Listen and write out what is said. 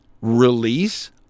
release